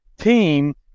team